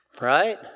right